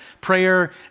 prayer